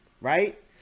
right